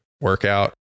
workout